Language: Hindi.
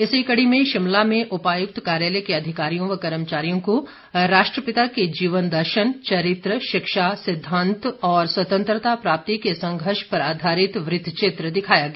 इसी कड़ी में शिमला में उपायुक्त कार्यालय के अधिकारियों व कर्मचारियों को राष्ट्रपिता के जीवन दर्शन चरित्र शिक्षा सिद्धांत और स्वतंत्रता प्राप्ति के संघर्ष पर आधारित वृत चित्र दिखाया गया